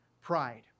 pride